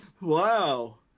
wow